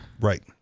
Right